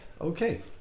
okay